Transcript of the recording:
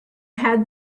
had